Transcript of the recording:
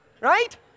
Right